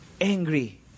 angry